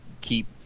keep